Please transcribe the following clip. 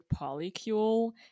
polycule